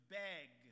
beg